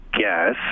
Yes